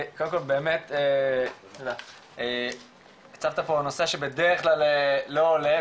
קודם כל באמת הצפת פה נושא שבדרך כלל לא עולה,